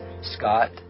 Scott